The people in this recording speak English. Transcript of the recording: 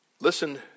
listen